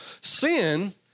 sin